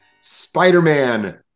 Spider-Man